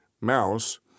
mouse